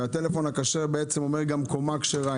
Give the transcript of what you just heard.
והטלפון הכשר אומר גם קומה כשרה,